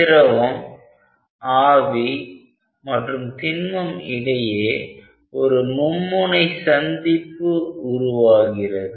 திரவம் ஆவி மற்றும் திண்மம் இடையே ஒரு மும்முனை சந்திப்பு உருவாகிறது